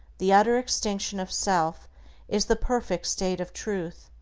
the utter extinction, of self is the perfect state of truth,